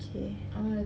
okay